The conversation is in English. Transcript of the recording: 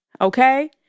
okay